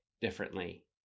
differently